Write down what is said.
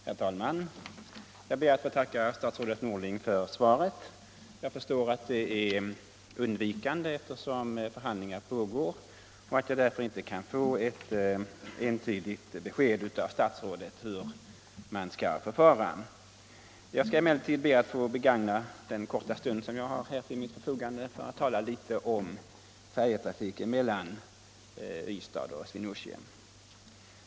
Herr talman! Jag ber att få tacka statsrådet Norling för svaret. Jag förstår att det är undvikande eftersom förhandlingar pågår och att jag därför inte kan få ett entydigt besked av statsrådet hur man skall förfara. Jag skall emellertid be att få begagna den korta stund som jag har till mitt förfogande till att tala litet om färjetrafiken mellan Ystad och Swinoujscie.